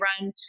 run